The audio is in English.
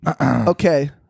Okay